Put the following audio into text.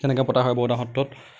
তেনেকৈ পতা হয় বৰদোৱা সত্ৰত